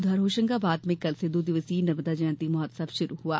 उधर होशंगाबाद में कल से दो दिवसीय नर्मदा जयंती महोत्सव शुरू हुआ